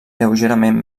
lleugerament